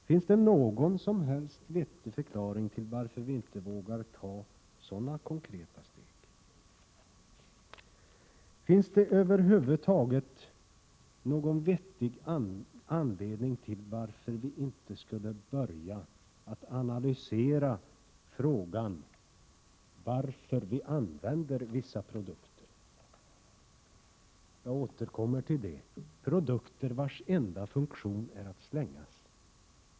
Finns det någon som helst vettig förklaring till att vi inte vågar ta sådana konkreta steg? Finns det över huvud taget någon vettig anledning till att vi inte skulle börja analysera frågan om varför vissa produkter används — jag återkommer till det — produkter vars enda funktion är att slängas?